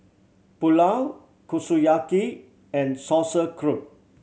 Pulao Kushiyaki and Sauerkraut